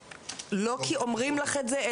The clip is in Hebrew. לא כי אומרים לך את זה,